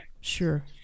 Sure